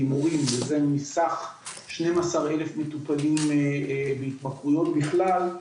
מסך שנים עשר אלף מטופלים בהתמכרויות בכלל,